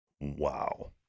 Wow